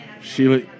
Sheila